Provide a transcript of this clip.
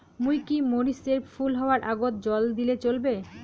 মুই কি মরিচ এর ফুল হাওয়ার আগত জল দিলে চলবে?